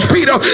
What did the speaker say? Peter